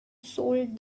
sold